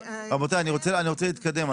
רבותיי, אני רוצה להתקדם.